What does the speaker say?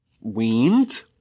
weaned